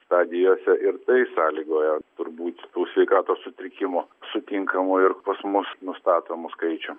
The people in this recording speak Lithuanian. stadijose ir tai sąlygoja turbūt tų sveikatos sutrikimų sutinkamų ir pas mus nustatomų skaičium